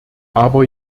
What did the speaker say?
aber